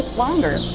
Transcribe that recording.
longer.